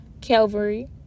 Calvary